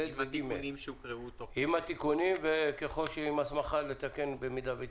עם התיקונים שהוקראו וההסמכה לתקן במידה ויצטרכו?